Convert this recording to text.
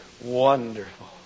wonderful